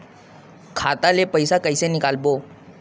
खाता ले पईसा कइसे निकालबो?